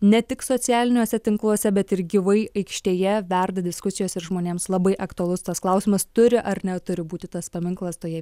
ne tik socialiniuose tinkluose bet ir gyvai aikštėje verda diskusijos ir žmonėms labai aktualus tas klausimas turi ar neturi būti tas paminklas toje